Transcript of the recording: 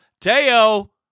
Teo